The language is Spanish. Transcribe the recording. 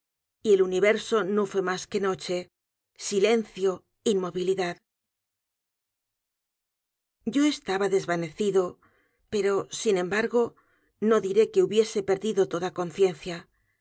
y el universo no fué mas que noche silencio inmovilidad yo estaba desvanecido pero sin embargo no diré qué hubiese perdido toda conciencia